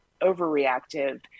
overreactive